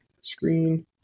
screen